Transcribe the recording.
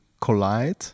collide